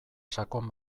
sakon